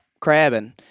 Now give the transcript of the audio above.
crabbing